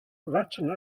retina